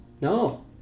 no